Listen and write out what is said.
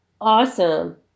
awesome